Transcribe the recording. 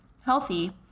healthy